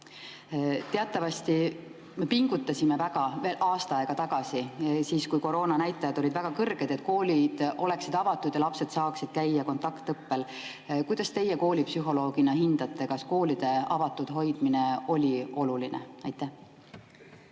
Teatavasti me pingutasime väga veel aasta aega tagasi, kui koroonanäitajad olid väga kõrged, et koolid oleksid avatud ja lapsed saaksid käia kontaktõppel. Kuidas teie koolipsühholoogina hindate, kas koolide avatud hoidmine oli oluline? Aitäh!